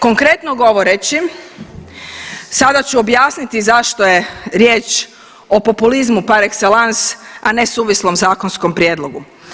Konkretno govoreći, sada ću objasniti zašto je riječ o populizmu par excellence, a ne suvislom zakonskom prijedlogu.